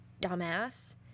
Dumbass